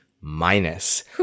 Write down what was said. Minus